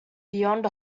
beyond